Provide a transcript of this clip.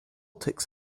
ticks